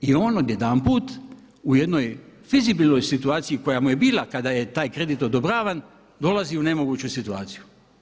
I on odjedanput u jednoj fizibilnoj situaciji koja mu je bila kada je taj kredit odobravan dolazi u nemoguću situaciju.